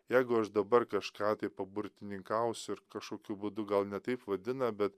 jeigu aš dabar kažką tai paburtininkausiu ir kašokiu būdu gal ne taip vadina be